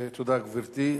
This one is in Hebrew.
תודה, גברתי.